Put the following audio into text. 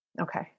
Okay